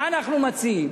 מה אנחנו מציעים?